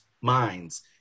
minds